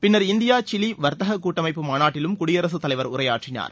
பின்னா் India Chile வா்த்தக கூட்டமைப்பு மாநாட்டிலும் குடியரகத்தலைவர் உரையாற்றினார்